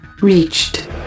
reached